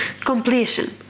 completion